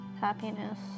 happiness